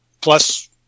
plus